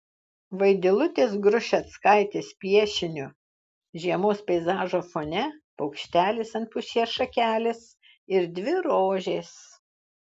vaidilutės grušeckaitės piešiniu žiemos peizažo fone paukštelis ant pušies šakelės ir dvi rožės